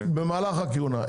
במהלך הכהונה.